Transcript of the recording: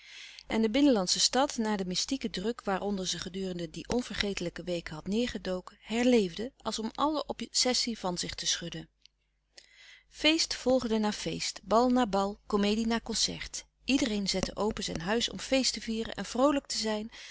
en de binnenlandsche stad na den mystieken druk waaronder ze gedurende die onvergetelijke weken had neêrgedoken herleefde als om alle obsessie van zich te schudden feest volgde na feest bal na bal komedie na concert iedereen zette open zijn huis om feest te vieren en vroolijk te zijn